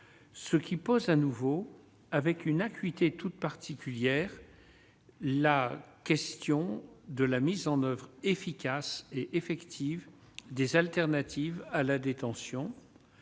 ce qui pose à nouveau avec une acuité toute particulière, la question de la mise en oeuvre efficace et effective des alternatives à la détention,